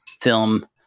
film